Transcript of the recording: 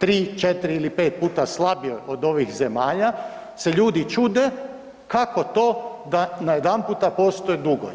3, 4 ili 5 puta slabija od ovih zemalja se ljudi čude kako to da najedanput postoje dugovi.